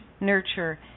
nurture